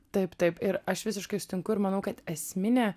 taip taip ir aš visiškai sutinku ir manau kad esminė